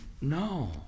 No